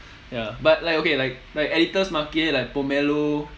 ya but like okay like like editor's market like pomelo